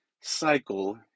cycle